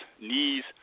knees